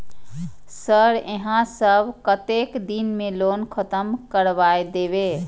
Sir यहाँ सब कतेक दिन में लोन खत्म करबाए देबे?